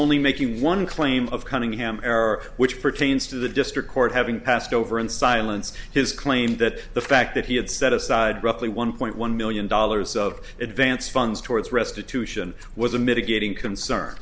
only making one claim of cunningham error which pertains to the district court having passed over in silence his claim that the fact that he had set aside roughly one point one million dollars of advance funds towards restitution was a mitigating concern